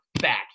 back